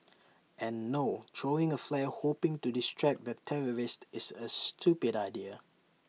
and no throwing A flare hoping to distract the terrorist is A stupid idea